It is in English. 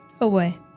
away